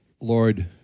Lord